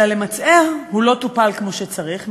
אלא שלמרבה הצער הוא לא טופל כמו שצריך,